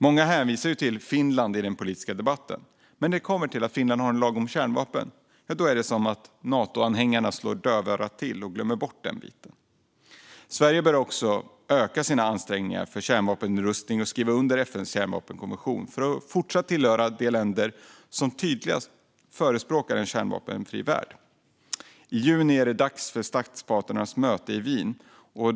Många hänvisar till Finland i den politiska debatten. Men när det kommer till att Finland har en lag om kärnvapen är det som att Natoanhängarna slår dövörat till och glömmer bort den biten. Sverige bör också öka sina ansträngningar för kärnvapennedrustning och skriva under FN:s kärnvapenkonvention för att fortsatt tillhöra de länderna som tydligast förespråkar en kärnvapenfri värld. I juni är det dags för statsparternas möte i Wien.